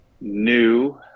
New